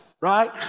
right